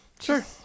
sure